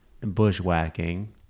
bushwhacking